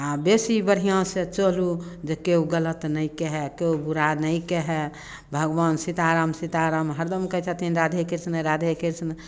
आ बेसी बढ़िआँसँ चलू जे केओ गलत नहि कहय केओ बुरा नहि कहय भगवान सीताराम सीताराम हरदम कहै छथिन राधेकृष्ण राधेकृष्ण